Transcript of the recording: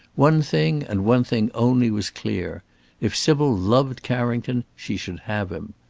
one thing and one thing only was clear if sybil loved carrington, she should have him.